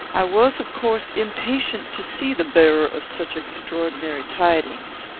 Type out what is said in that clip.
i was, of course, impatient to see the bearer of such extraordinary tidings.